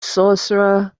sorcerer